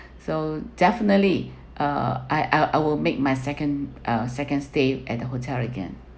so definitely uh I I I will make my second uh second stay at the hotel again